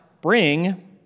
bring